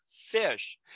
fish